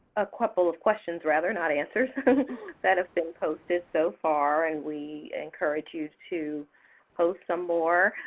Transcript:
a couple of questions, rather, not answers that have been posted so far, and we encourage you to post some more.